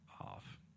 off